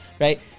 right